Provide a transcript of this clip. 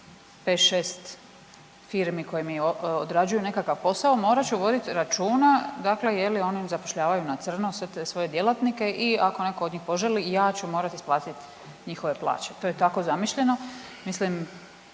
šest firmi koje mi odrađuju nekakav posao morat ću vodit računa, dakle je li oni zapošljavaju na crno sve te svoje djelatnike i ako netko od njih poželi ja ću morati isplatiti njihove plaće. To je tako zamišljeno. Mislim